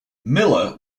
miller